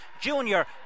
Junior